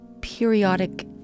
periodic